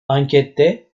ankette